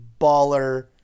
baller